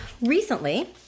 Recently